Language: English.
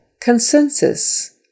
consensus